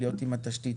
להיות עם התשתית.